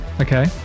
Okay